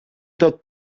tot